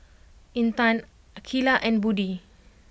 Intan Aqeelah and Budi